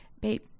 Babe